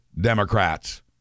Democrats